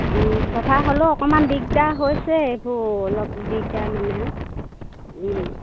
চফা হ'লেও অকণমান দিগদাৰ হৈছেই এইবোৰ অলপ দিগদাৰ মানে আৰু